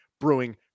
Brewing